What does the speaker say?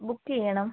book ചെയ്യണം